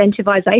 incentivisation